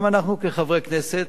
גם אנחנו, כחברי כנסת,